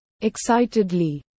Excitedly